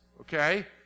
okay